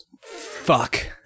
fuck